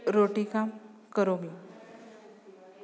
रोटिकां करोमि